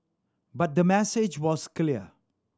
but the message was clear